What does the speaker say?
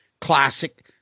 classic